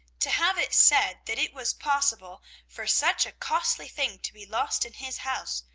to have it said that it was possible for such a costly thing to be lost in his house,